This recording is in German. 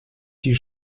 die